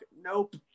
nope